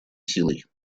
силой